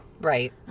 Right